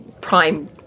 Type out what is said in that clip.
prime